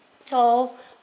so